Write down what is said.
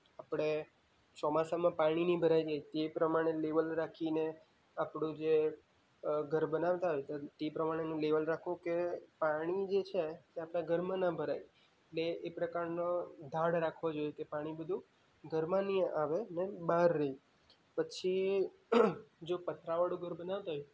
આપણે ચોમાસામાં પાણી ન ભરાય જાય તે પ્રમાણે લેવલ રાખીને આપણું જે ઘર બનાવતા હોય ત્યારે તે પ્રમાણેનું લેવલ રાખવું કે પાણી જે છે તે આપણા ઘરમાં ના ભરાય એટલે તે પ્રકારના ધાડ રાખવો જોએ કે પાણી બધું ઘરમાં ન આવે અને બહાર રહે પછી જો પતરાવાળું ઘર બનાવતા હોય